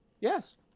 Yes